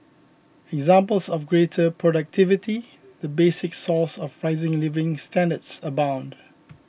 examples of greater productivity the basic source of rising living standards abound